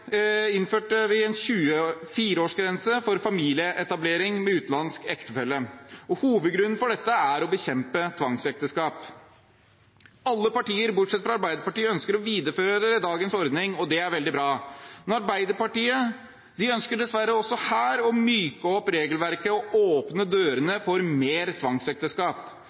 innførte vi 24-årsgrense for familieetablering med utenlandsk ektefelle. Hovedgrunnen til dette er å bekjempe tvangsekteskap. Alle partier bortsett fra Arbeiderpartiet ønsker å videreføre dagens ordning, og det er veldig bra. Arbeiderpartiet ønsker dessverre også her å myke opp regelverket og åpne dørene for mer tvangsekteskap.